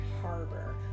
harbor